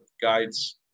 guides